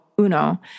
Uno